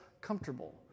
comfortable